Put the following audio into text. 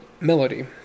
melody